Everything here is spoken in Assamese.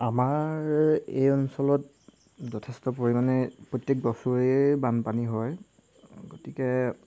আমাৰ এই অঞ্চলত যথেষ্ট পৰিমাণে প্ৰত্যেক বছৰেই বানপানী হয় গতিকে